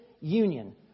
Union